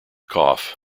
cough